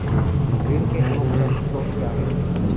ऋण के अनौपचारिक स्रोत क्या हैं?